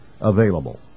available